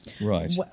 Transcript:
Right